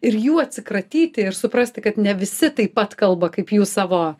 ir jų atsikratyti ir suprasti kad ne visi taip pat kalba kaip jūs savo